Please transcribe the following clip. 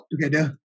together